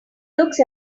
looks